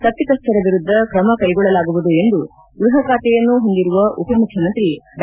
ತಪ್ಪತಸ್ವರ ವಿರುದ್ದ ಕ್ರಮ ಕೈಗೊಳ್ಳಲಾಗುವುದು ಎಂದು ಗೃಹ ಖಾತೆಯನ್ನೂ ಹೊಂದಿರುವ ಉಪಮುಖ್ಯಮಂತ್ರಿ ಡಾ